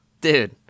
Dude